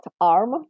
arm